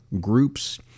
groups